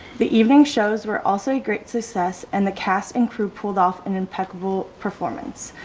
the evening shows were also a great success, and the cast and crew pulled off an impeccable performance.